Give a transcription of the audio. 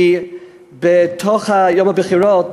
כי ביום הבחירות,